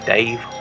Dave